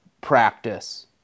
practice